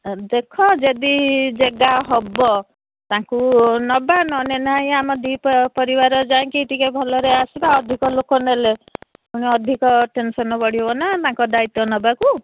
ଦେଖ ଯଦି ଜାଗା ହବ ତାଙ୍କୁ ନବା ନହେଲେ ନାଇଁ ଆମ ଦୁଇ ପରିବାର ଯାଇକି ଟିକେ ଭଲରେ ଆସିବା ଅଧିକ ଲୋକ ନେଲେ ପୁଣି ଅଧିକ ଟେନସନ୍ ବଢ଼ିବ ନା ତାଙ୍କ ଦାୟିତ୍ୱ ନେବାକୁ